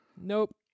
Nope